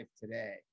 today